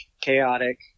chaotic